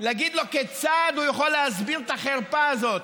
להגיד לו כיצד הוא יכול להסביר את החרפה הזאת,